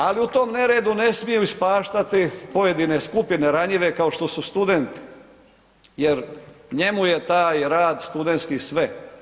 Ali u tom neredu ne smiju ispaštati pojedine skupine ranjive kao što su studenti jer njemu je taj rad studentski sve.